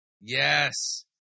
Yes